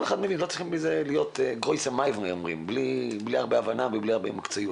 כל אחד מבין ולא צריכה להיות כאן הרבה הבנה ומקצועיות.